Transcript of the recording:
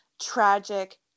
tragic